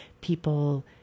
people